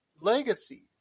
legacy